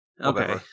Okay